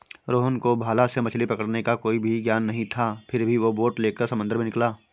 रोहन को भाला से मछली पकड़ने का कोई भी ज्ञान नहीं था फिर भी वो बोट लेकर समंदर में निकला